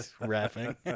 rapping